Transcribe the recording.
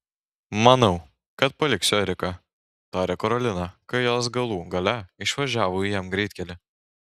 manau kad paliksiu eriką tarė karolina kai jos galų gale išvažiavo į m greitkelį